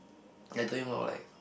okay I told him I'll like